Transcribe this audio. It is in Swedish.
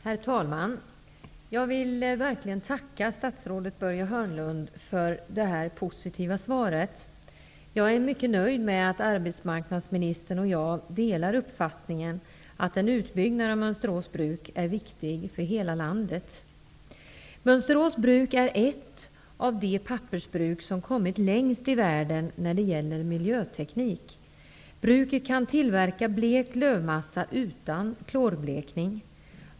Herr talman! Jag vill verkligen tacka statsrådet Börje Hörnlund för det här positiva svaret. Jag är mycket nöjd med att arbetsmarknadsministern och jag delar uppfattningen att en utbyggnad av Mönsterås bruk är viktig för hela landet. Mönsterås bruk är ett av de pappersbruk som kommit längst i världen när det gäller miljöteknik. Bruket kan tillverka blekt lövmassa utan klorblekning.